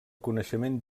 coneixement